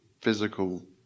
physical